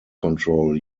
control